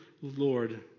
Lord